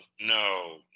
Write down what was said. no